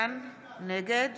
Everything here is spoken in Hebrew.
נגד